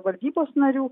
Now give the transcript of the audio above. valdybos narių